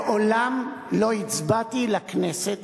מעולם לא הצבעתי לכנסת